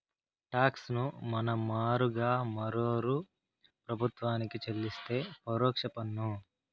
talks ను మన మారుగా మరోరూ ప్రభుత్వానికి చెల్లిస్తే పరోక్ష పన్ను